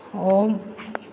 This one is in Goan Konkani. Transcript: हो म्